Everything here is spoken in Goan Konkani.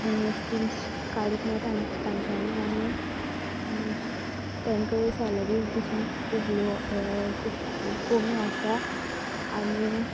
स्किम्स काडूंक नाय तां तांच्यानी आनी तांकां सेलरीज बसून खूब लो खूब कोमी आसता आनी